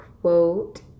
quote